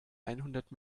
einhundert